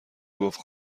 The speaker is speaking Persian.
گفت